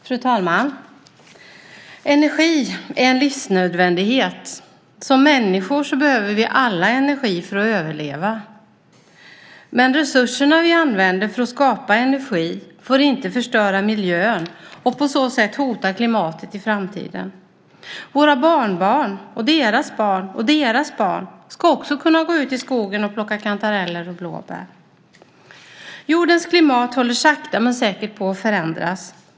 Fru talman! Energi är en livsnödvändighet. Som människor behöver vi alla energi för att överleva. Men resurserna vi använder för att skapa energi får inte förstöra miljön och på så sätt hota klimatet i framtiden. Våra barnbarn, deras barn och deras barn ska också kunna gå ut i skogen och plocka kantareller och blåbär. Jordens klimat håller sakta men säkert på att förändras.